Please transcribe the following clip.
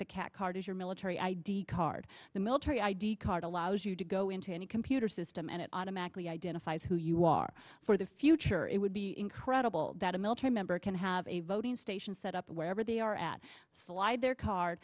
the cat card as your military id card the military i d card allows you to go into any computer system and it automatically identifies who you are for the future it would be incredible that a military member can have a voting station set up wherever they are at slide their car